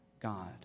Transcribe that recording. God